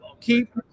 keep